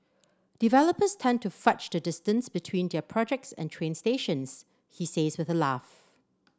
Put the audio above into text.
developers tend to fudge the distance between their projects and train stations he says with a laugh